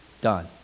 done